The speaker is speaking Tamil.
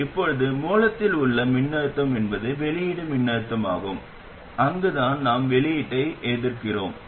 இப்போது மூலத்தில் உள்ள மின்னழுத்தம் என்பது வெளியீட்டு மின்னழுத்தமாகும் அங்குதான் நாம் வெளியீட்டை எடுக்கிறோம் vo